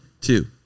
two